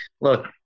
look